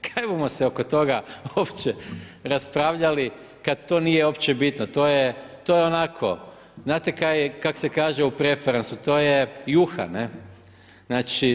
Kaj bumo se oko toga opće raspravljali kad to nije opće bitno, to je onako znate kak se kaže u preferansu, to je juha ne.